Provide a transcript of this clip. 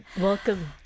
Welcome